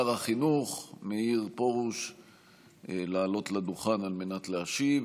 אני מזמין את סגן שר החינוך מאיר פרוש לעלות לדוכן להשיב,